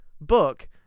book